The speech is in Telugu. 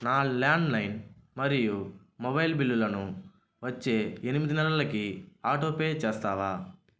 నా ల్యాండ్ లైన్ మరియు మొబైల్ బిల్లులను వచ్చే ఎనిమిది నెలలకి ఆటోపే చేస్తావా